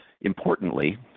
Importantly